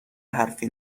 حرفی